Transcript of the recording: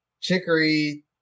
Chicory